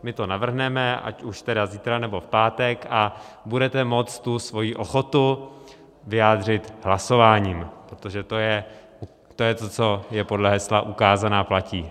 My to navrhneme, ať už tedy zítra, nebo v pátek, a budete moct svoji ochotu vyjádřit hlasováním, protože to je to, co je podle hesla ukázaná platí.